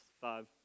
Five